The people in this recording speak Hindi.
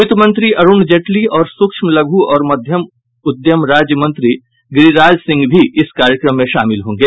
वित्तमंत्री अरुण जेटली और सूक्ष्म लघु और मध्यम उद्यम राज्य मंत्री गिरीराज सिंह भी इस कार्यक्रम में शामिल होंगे